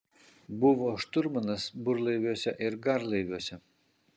buvo šturmanas burlaiviuose ir garlaiviuose